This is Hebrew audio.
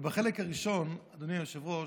אבל בחלק הראשון, אדוני היושב-ראש,